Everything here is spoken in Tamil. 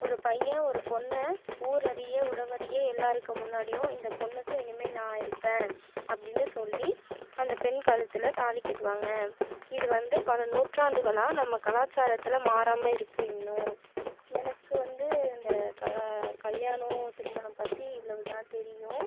ஒரு பையன் ஒரு பொண்ணை ஊர் அறிய உறவு அறிய எல்லாருக்கும் முன்னாடியும் இந்த பொண்ணுக்கு இனிமேல் நான் இருப்பேன் அப்படினு சொல்லி அந்த பெண் கழுத்தில் தாலி கட்டுவாங்க இது வந்து பல நூற்றாண்டுகளாக நம் கலாச்சாரத்தில் மாறாமல் இருக்குது இன்னும் எனக்கு வந்து இந்த கல்யாணம் திருமணம் பற்றி இவ்வளவுதான் தெரியும்